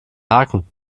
haken